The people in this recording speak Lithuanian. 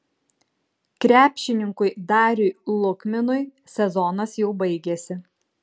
krepšininkui dariui lukminui sezonas jau baigėsi